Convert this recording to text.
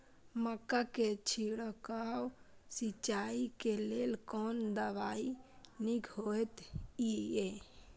मक्का के छिड़काव सिंचाई के लेल कोन दवाई नीक होय इय?